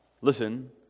listen